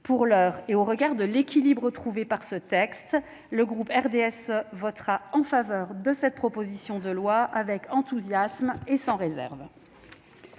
Pour l'heure, au regard de l'équilibre trouvé dans ce texte, le groupe du RDSE votera en faveur de cette proposition de loi, avec enthousiasme et sans réserve.